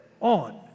on